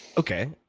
okay.